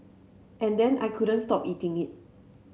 and then I couldn't stop eating it